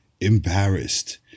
embarrassed